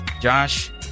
Josh